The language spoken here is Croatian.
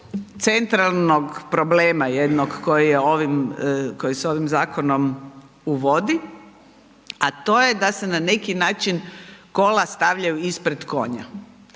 centralnog problema jednog koji se ovim zakonom uvodi, a to je da se na neki način kola stavljaju ispred konja.